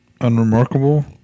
unremarkable